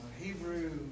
Hebrew